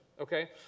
Okay